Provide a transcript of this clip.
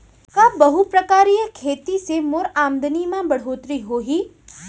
का बहुप्रकारिय खेती से मोर आमदनी म बढ़होत्तरी होही?